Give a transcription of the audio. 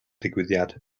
digwyddiad